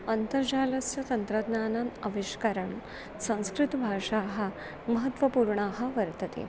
अन्तर्जालस्य तन्त्रज्ञानम् आविष्करणं संस्कृतभाषाः महत्वपूर्णाः वर्तते